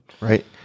Right